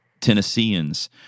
Tennesseans